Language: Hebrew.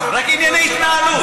רק ענייני התנהלות.